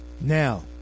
Now